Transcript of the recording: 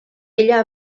ella